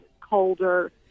colder